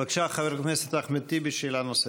בבקשה, חבר הכנסת אחמד טיבי, שאלה נוספת.